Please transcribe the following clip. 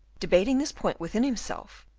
debating this point within himself,